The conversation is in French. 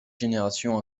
génération